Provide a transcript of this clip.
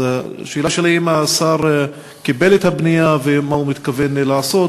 אז השאלה שלי היא אם השר קיבל את הפנייה ומה הוא מתכוון לעשות.